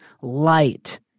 light